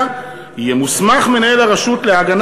אינו נותן